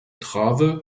trave